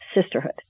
sisterhood